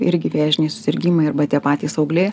irgi vėžiniai susirgimai arba tie patys augliai